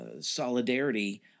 solidarity